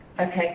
Okay